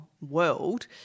world